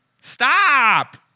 Stop